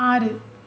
ஆறு